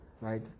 right